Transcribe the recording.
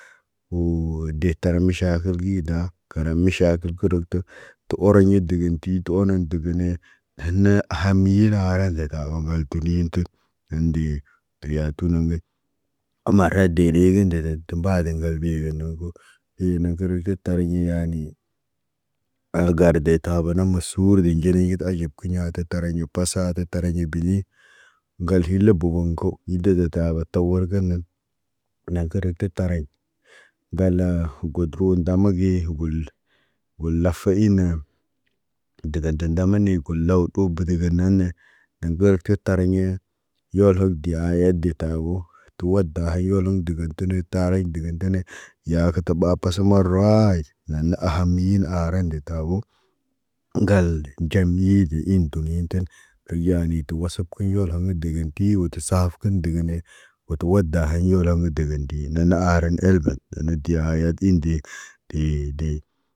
Wo de tar miʃakil gida, karamiʃakil gədək tə, tə oroɲi digin ti tə oreɲ dəgəne. Hen na hamira ran zata awoŋg boŋgolti niinti nəndi, Nende tə yaatə nən ɓay. Umar hed de ɗegen deden tə mbaale ŋgal ɓe gən nu ku, iinu kərə kə tariɲ yaani. Ala garde de tabo naman suura de nɟeliɲa tə aɟab kiɲa taraɲu pasa tə taraɲa bini. Ŋgal kil boboŋg ko, yil da de tawa tawarkiɲ nən. Nan karak tə tareɲ, ŋgalə got ro ndama ge gul, gol lafa ina. Dəgan də dam- ne got law po bədəgə naane, dan bəərtə tariɲa. Yolhok de ayad de tabo. Tu wada hay yolən dəgən tine taroɲ digin tine, yaa kə tə ɓa pasa marawaayit, naana ahamii na aharan de tabo. Ŋgal nɟamiidi in dunitən, yani tə wasab kiɲ yoloŋgə ki digin tii wo ti saaf kən digine. Wo tə wada haɲ yolam kə dəgəndina nana aran elben, nana diya ayati indi di di.